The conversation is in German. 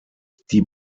die